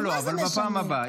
לא, לא, בפעם הבאה.